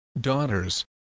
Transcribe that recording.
daughters